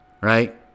right